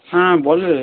হ্যাঁ বল রে